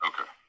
Okay